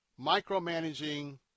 micromanaging